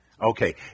Okay